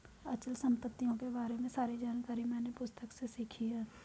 अचल संपत्तियों के बारे में सारी जानकारी मैंने पुस्तक से सीखी है